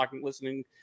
listening